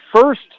first